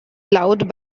loud